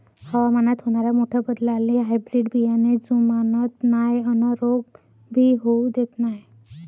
हवामानात होनाऱ्या मोठ्या बदलाले हायब्रीड बियाने जुमानत नाय अन रोग भी होऊ देत नाय